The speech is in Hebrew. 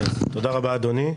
תודה, אדוני.